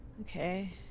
Okay